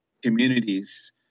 communities